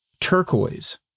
turquoise